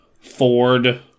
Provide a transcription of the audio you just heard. Ford